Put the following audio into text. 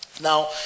Now